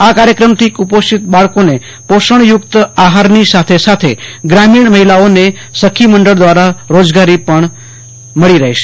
આ કાર્યક્રમથી કુપોષિત બાળકોને પોષણયૂકત આહારની સાથે સાથે ગ્રામિણ મહિલાઓને સખી મડળ દવારા રોજગારી પણ મળી રહેશે